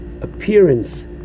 appearance